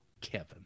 kevin